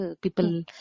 people